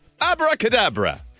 Abracadabra